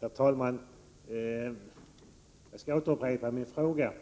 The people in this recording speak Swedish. Herr talman! Jag skall upprepa min fråga.